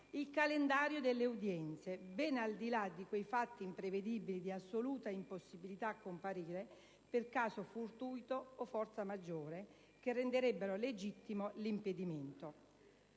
il calendario delle udienze, ben al di là di quei fatti imprevedibili di assoluta impossibilità a comparire per caso fortuito o forza maggiore che renderebbero legittimo l'impedimento.